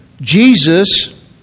Jesus